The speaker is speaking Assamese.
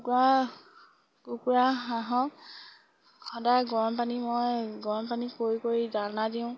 কুকুৰা কুকুৰা হাঁহক সদায় গৰম পানী মই গৰম পানী কৰি কৰি দানা দিওঁ